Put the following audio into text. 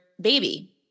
baby